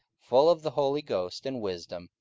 full of the holy ghost and wisdom,